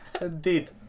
indeed